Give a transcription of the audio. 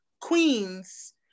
queens